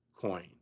coin